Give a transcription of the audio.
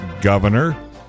governor